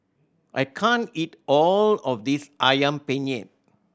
I can't eat all of this Ayam Penyet